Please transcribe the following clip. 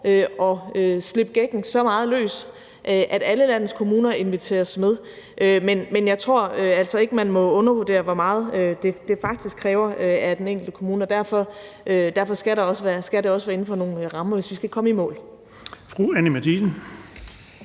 år, slippe gækken så meget løs, at alle landets kommuner inviteres med. Men jeg tror altså ikke, man må undervurdere, hvor meget det faktisk kræver af den enkelte kommune. Derfor skal det også være inden for nogle rammer, hvis vi skal komme i mål. Kl. 15:37 Den